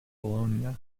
bologna